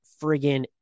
friggin